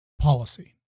policy